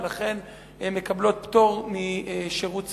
ולכן הן מקבלות פטור משירות צבאי.